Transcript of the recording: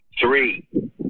Three